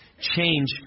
change